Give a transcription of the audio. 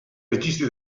registi